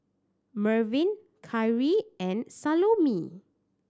Mervin Khiry and Salome